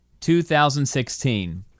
2016